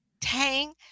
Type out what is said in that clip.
Tang